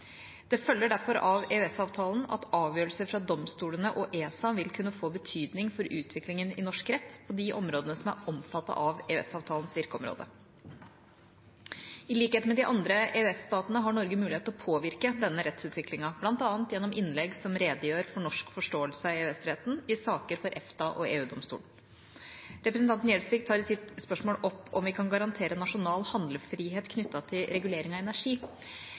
Det følger derfor av EØS-avtalen at avgjørelser fra domstolene og ESA vil kunne få betydning for utviklingen i norsk rett på de områdene som er omfattet av EØS-avtalens virkeområde. I likhet med de andre EØS-statene har Norge mulighet til å påvirke denne rettsutviklingen, bl.a. gjennom innlegg som redegjør for norsk forståelse av EØS-retten i saker for EFTA-domstolen og EU-domstolen. Representanten Gjelsvik tar i sitt spørsmål opp om vi kan garantere nasjonal handlefrihet knyttet til regulering av energi.